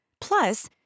Plus